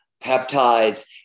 peptides